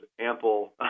ample